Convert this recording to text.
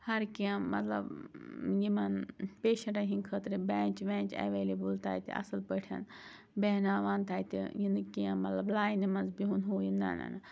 ہَر کیٚنٛہہ مطلب یِمَن پیشَنٹَن ہِنٛدۍ خٲطرٕ بیٚنٛچ وینٛچ ایویلیبٕل تَتہِ اَصٕل پٲٹھۍ بیٚہناوان تَتہِ یہِ نہٕ کینٛہہ مطلب لاینہِ منٛز بِہُن ہُہ یہِ نَہ نہَ